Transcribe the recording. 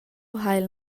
haiel